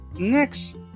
Next